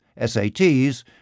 SATs